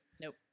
Nope